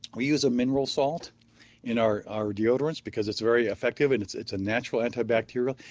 we use a mineral salt in our our deodorants because it's very effective and it's it's a natural anti-bacterial.